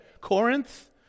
Corinth